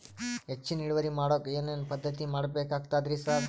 ಹೆಚ್ಚಿನ್ ಇಳುವರಿ ಮಾಡೋಕ್ ಏನ್ ಏನ್ ಪದ್ಧತಿ ಮಾಡಬೇಕಾಗ್ತದ್ರಿ ಸರ್?